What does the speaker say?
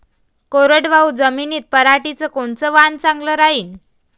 कोरडवाहू जमीनीत पऱ्हाटीचं कोनतं वान चांगलं रायीन?